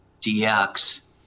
dx